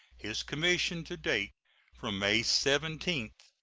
his commission to date from may seventeen,